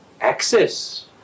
access